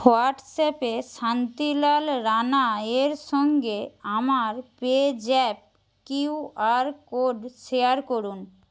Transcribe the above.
হোয়াটস অ্যাপে শান্তিলাল রাণায়ের সঙ্গে আমার PayZapp QR code share করুন